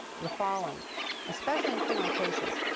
the following especially in criminal cases,